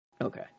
Okay